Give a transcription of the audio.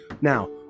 Now